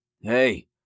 Hey